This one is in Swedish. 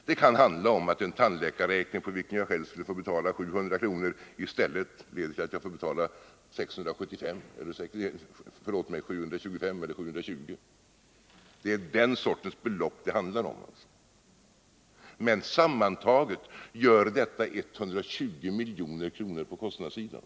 Det kan handla om att jag för en tandläkarbehandling, för vilken jag själv i dag skulle få betala 700 kr., i stället får betala 720 kr. eller 725 kr. Det är den sortens belopp det handlar om. Men sammantaget gör detta 120 milj.kr. på kostnadssidan.